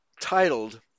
titled